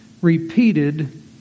repeated